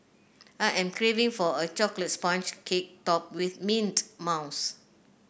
I am craving for a chocolate sponge cake topped with mint mousse